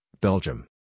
Belgium